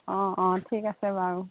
অঁ অঁ ঠিক আছে বাৰু